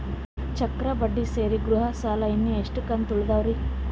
ಚಕ್ರ ಬಡ್ಡಿ ಸೇರಿ ಗೃಹ ಸಾಲ ಇನ್ನು ಎಷ್ಟ ಕಂತ ಉಳಿದಾವರಿ?